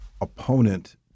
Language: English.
opponent